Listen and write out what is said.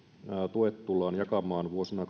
tuet tullaan jakamaan vuosina